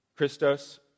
Christos